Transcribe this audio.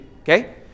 okay